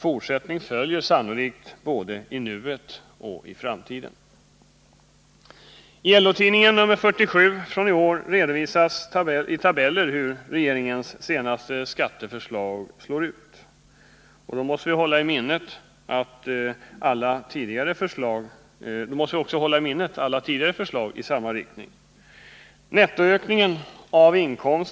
Fortsättning följer sannolikt både i nuet och i framtiden. skatteförslag slår ut. Då måste vi hålla i minnet alla tidigare förslag i samma riktning.